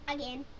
Again